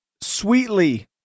sweetly